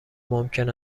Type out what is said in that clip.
ممکن